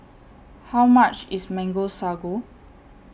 How much IS Mango Sago